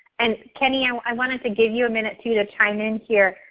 and kenny and i wanted to give you a minute to to chime in here.